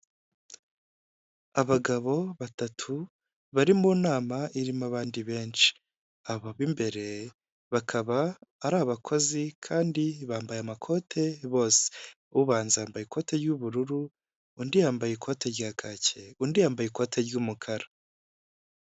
Abagabo batatu bari mu nama irimo abandi benshi, abo b'imbere bakaba ari abakozi kandi bambaye amakote bose, ubanza yambaye ikote ry'ubururu, undi yambaye ikoti rya kake, undi yambaye ikoti ry'umukara.